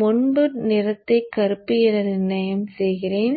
முன்புற நிறத்தை கருப்பு என நிர்ணயம் செய்கிறேன்